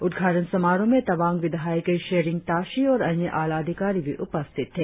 उद्घाटन समारोह में तवांग विधायक सेरिग ताशी और अन्य आलाधिकारी भी उपस्थित थे